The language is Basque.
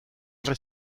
erre